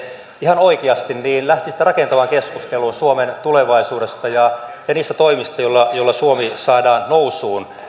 ihan oikeasti lähtisitte rakentavaan keskusteluun suomen tulevaisuudesta ja niistä toimista joilla joilla suomi saadaan nousuun